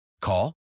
Call